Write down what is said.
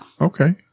Okay